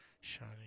Shining